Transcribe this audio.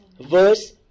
Verse